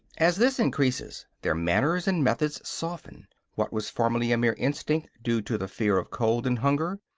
as this increases, their manners and methods soften what was formerly a mere instinct, due to the fear of cold and hunger,